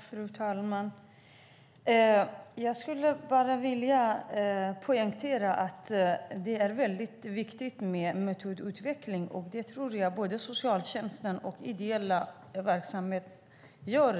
Fru talman! Jag skulle vilja poängtera att det är viktigt med metodutveckling. Jag tror att både socialtjänsten och den ideella verksamheten gör